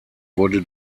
wurde